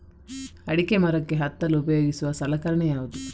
ಅಡಿಕೆ ಮರಕ್ಕೆ ಹತ್ತಲು ಉಪಯೋಗಿಸುವ ಸಲಕರಣೆ ಯಾವುದು?